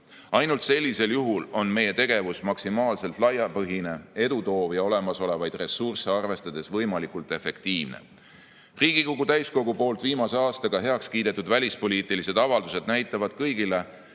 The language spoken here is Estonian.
Ainult sellisel juhul on meie tegevus maksimaalselt laiapõhine, edukas ja olemasolevaid ressursse arvestades võimalikult efektiivne. Riigikogu täiskogus viimase aasta jooksul heaks kiidetud välispoliitilised avaldused näitavad kõigile,